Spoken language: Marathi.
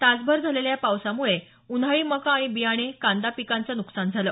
तासभर झालेल्या पावसामुळे उन्हाळी मका आणि बियाणे कांदा पिकांचं न्कसान झालं